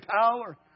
power